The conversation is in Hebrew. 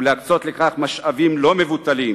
ולהקצות לכך משאבים לא מבוטלים,